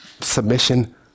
submission